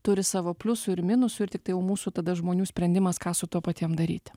turi savo pliusų ir minusų ir tik tai jau mūsų tada žmonių sprendimas ką su tuo patiem daryti